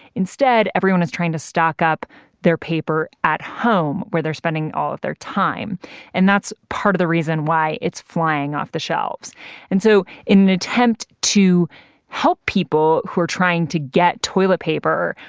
instead, everyone is trying to stock up their paper at home where they're spending all of their time and that's part of the reason why it's flying off the shelves and so in an attempt to help people who are trying to get toilet paper,